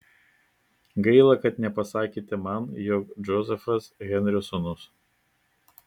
gaila kad nepasakėte man jog džozefas henrio sūnus